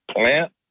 plant